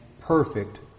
perfect